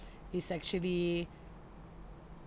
is actually